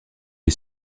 est